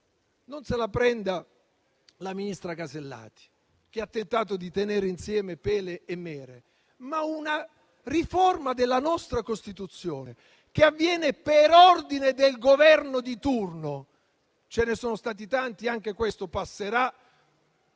Non se la prenda la ministra Casellati, che ha tentato di tenere insieme "pere e mele", ma questa è una riforma della nostra Costituzione che avviene per ordine del Governo di turno. Ce ne sono stati tanti, anche questo passerà